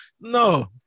No